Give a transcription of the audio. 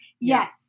Yes